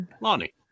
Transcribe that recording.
Lonnie